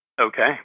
Okay